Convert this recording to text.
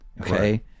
okay